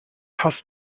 hast